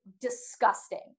disgusting